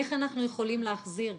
איך אנחנו יכולים להחזיר.